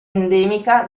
endemica